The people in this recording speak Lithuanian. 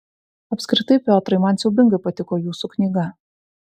apskritai piotrai man siaubingai patiko jūsų knyga